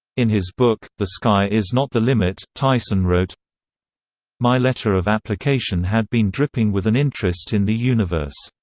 in his book, the sky is not the limit, tyson wrote my letter of application had been dripping with an interest in the universe.